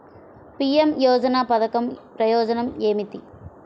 PM యోజన పధకం ప్రయోజనం ఏమితి?